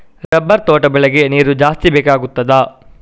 Rubber ತೋಟ ಬೆಳೆಗೆ ನೀರು ಜಾಸ್ತಿ ಬೇಕಾಗುತ್ತದಾ?